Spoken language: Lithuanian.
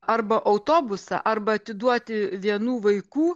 arba autobusą arba atiduoti vienų vaikų